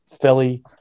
Philly